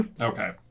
Okay